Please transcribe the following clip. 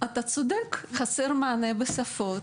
אתה צודק, חסר מענה בשפות.